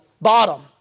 bottom